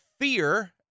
fear